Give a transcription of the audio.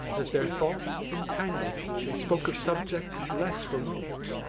as their thoughts entangled, they spoke of subjects less remote.